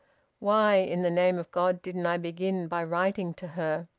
why in the name of god didn't i begin by writing to her.